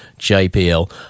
JPL